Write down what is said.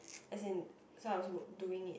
as in so I was doing it